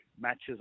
matches